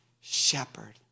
shepherd